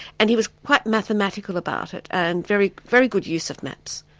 and he was quite mathematical about it, and very very good use of maps.